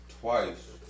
twice